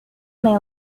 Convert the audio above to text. may